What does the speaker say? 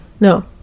No